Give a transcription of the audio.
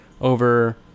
over